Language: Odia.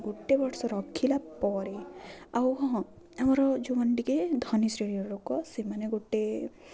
ଗୋଟେ ବର୍ଷ ରଖିଲା ପରେ ଆଉ ହଁ ଆମର ଯେଉଁମାନେ ଟିକେ ଧନୀ ଶ୍ରେଣୀର ଲୋକ ସେମାନେ ଗୋଟେ